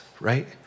right